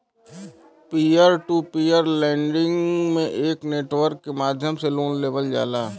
peer to peer lending में एक network के माध्यम से लोन लेवल जाला